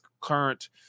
current